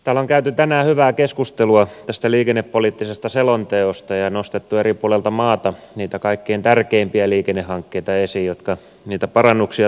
täällä on käyty tänään hyvää keskustelua tästä liikennepoliittisesta selonteosta ja nostettu eri puolilta maata esiin niitä kaikkein tärkeimpiä liikennehankkeita jotka niitä parannuksia ja määrärahoja tarvitsisivat